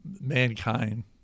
mankind